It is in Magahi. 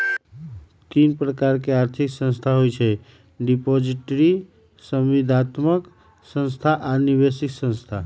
तीन प्रकार के आर्थिक संस्थान होइ छइ डिपॉजिटरी, संविदात्मक संस्था आऽ निवेश संस्थान